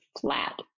flat